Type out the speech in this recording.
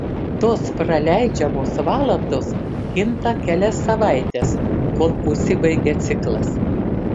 tos praleidžiamos valandos kinta kelias savaites kol užsibaigia ciklas